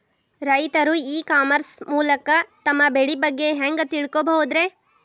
ರೈತರು e commerce ಮೂಲಕ ತಮ್ಮ ಬೆಳಿ ಬಗ್ಗೆ ಹ್ಯಾಂಗ ತಿಳ್ಕೊಬಹುದ್ರೇ?